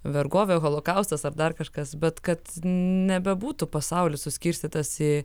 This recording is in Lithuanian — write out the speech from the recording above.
vergovė holokaustas ar dar kažkas bet kad nebebūtų pasaulis suskirstytas į